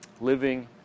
living